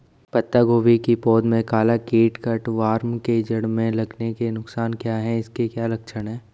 पत्ता गोभी की पौध में काला कीट कट वार्म के जड़ में लगने के नुकसान क्या हैं इसके क्या लक्षण हैं?